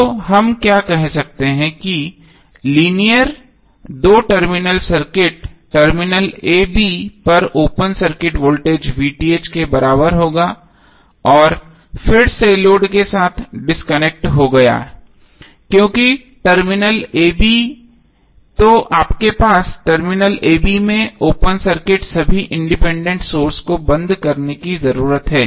तो हम क्या कह सकते हैं कि लीनियर दो terminal circuit terminal a b पर ओपन सर्किट वोल्टेज के बराबर होगा अब फिर से लोड के साथ डिस्कनेक्ट हो गया क्योंकि टर्मिनल a b तो आपके पास टर्मिनल a b में ओपन सर्किट सभी इंडिपेंडेंट सोर्स को बंद करने की जरूरत है